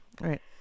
Right